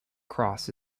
cross